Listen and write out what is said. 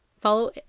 follow